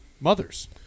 mothers